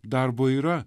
darbo yra